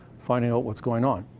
finding out what's going on.